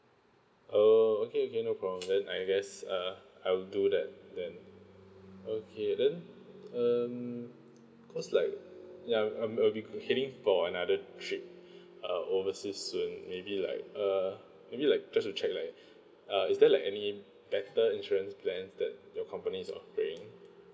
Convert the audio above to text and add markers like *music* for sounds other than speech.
oh okay okay no problem then I guess uh I will do that then okay then um because like yang um I will be heading for another trip *breath* uh overseas soon maybe like uh maybe like just to check like *breath* uh is there like any better insurance plans that your company is offering